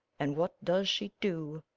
and what does she do?